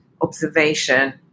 observation